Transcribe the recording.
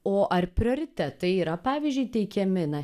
o ar prioritetai yra pavyzdžiui teikiami na